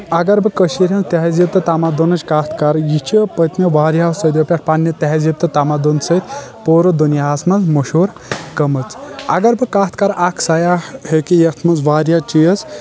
اگر بہٕ کٔشیر ہنٛز تہزیب تہٕ تمدُنٕچ کتھ کرٕ یہِ چھِ پٔتۍمٮ۪و واریاہو صدۍیو پٮ۪ٹھ پننہِ تہزیب تہٕ تمدُن سۭتۍ پورٕ دُنیاہس منٛز موشہوٗر گٔمٕژ اگر بہٕ کتھ کرٕ اکھ سیاح ہیٚکہِ یتھ منٛز واریاہ چیٖز